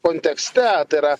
kontekste tai yra